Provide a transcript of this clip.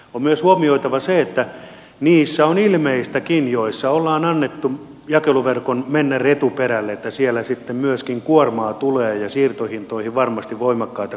on myös huomioitava se että on ilmeistäkin niissä joissa on annettu jakeluverkon mennä retuperälle että siellä sitten myöskin kuormaa tulee ja siirtohintoihin varmasti voimakkaita korotuspaineita